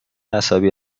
عصبی